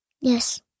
Yes